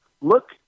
look